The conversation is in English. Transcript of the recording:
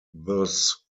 thus